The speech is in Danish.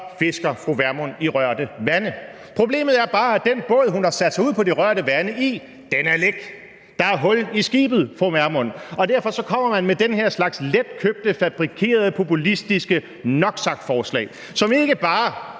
fisker fru Vermund i rørte vande. Problemet er bare, at den båd, hun har sat sig ud på de rørte vande i, er læk. Der er hul i skibet, vil jeg sige til fru Vermund. Derfor kommer man med den her slags letkøbte, fabrikerede, populistiske noksagtforslag, som ikke bare